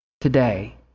today